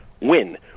Win